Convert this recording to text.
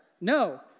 no